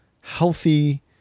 healthy